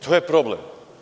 To je problem.